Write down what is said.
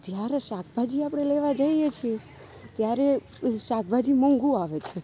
જ્યારે શાકભાજી આપણે લેવા જઈએ છે ત્યારે શાકભાજી મોંઘું આવે છે